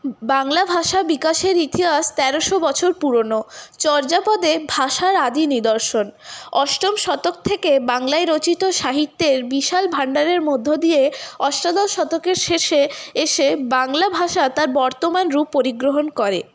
বাংলা ভাষা বিকাশের ইতিহাস তেরোশো বছর পুরোনো চর্যাপদে ভাষার আদি নিদর্শন অষ্টম শতক থেকে বাংলায় রচিত সাহিত্যের বিশাল ভান্ডারের মধ্য দিয়ে অষ্টাদশ শতকের শেষে এসে বাংলা ভাষা তার বর্তমান রূপ পরিগ্রহন করে